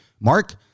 Mark